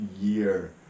year